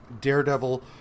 Daredevil